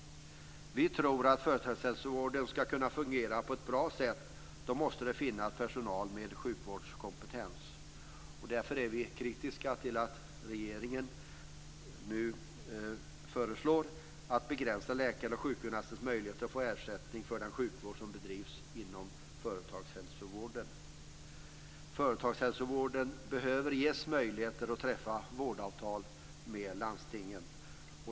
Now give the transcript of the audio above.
Vi tror att för att företagshälsovården ska kunna fungera på ett bra sätt måste det finnas personal med sjukvårdskompetens. Därför är vi kritiska till att regeringen nu föreslår att begränsa läkares och sjukgymnasters möjlighet att få ersättning för den sjukvård som bedrivs inom företagshälsovården. Företagshälsovården behöver ges möjligheter att träffa vårdavtal med landstingen.